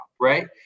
right